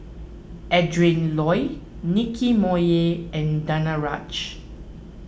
Adrin Loi Nicky Moey and Danaraj